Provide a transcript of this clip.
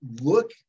look